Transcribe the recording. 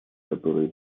которые